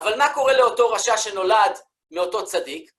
אבל מה קורה לאותו רשע שנולד מאותו צדיק?